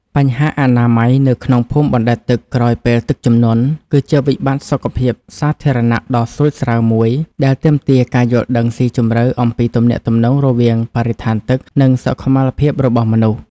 បញ្ហាអនាម័យនៅក្នុងភូមិអណ្តែតទឹកក្រោយពេលទឹកជំនន់ គឺជាវិបត្តិសុខភាពសាធារណៈដ៏ស្រួចស្រាវមួយ ដែលទាមទារការយល់ដឹងស៊ីជម្រៅអំពីទំនាក់ទំនងរវាងបរិស្ថានទឹក និងសុខុមាលភាពរបស់មនុស្ស។